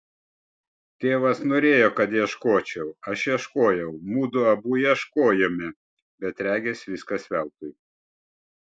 tėvas norėjo kad ieškočiau aš ieškojau mudu abu ieškojome bet regis viskas veltui